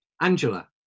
Angela